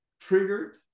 triggered